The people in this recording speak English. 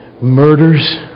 murders